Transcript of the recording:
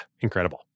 incredible